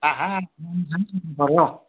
आहा पर्यो हौ